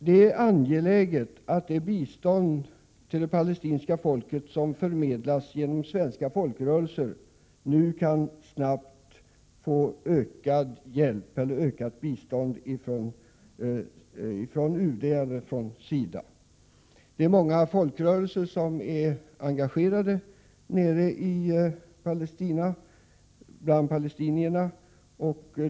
Det är angeläget att det bistånd till det palestinska folket som förmedlas genom svenska folkrörelser nu snabbt kan få ökad hjälp eller ökat bistånd ifrån UD eller SIDA. Det är många folkrörelser som är engagerade nere bland palestinierna.